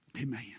Amen